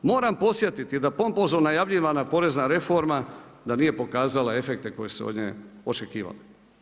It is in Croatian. Moram podsjetiti da pompozno najavljivana porezna reforma da nije pokazala efekte koji su se od nje očekivali.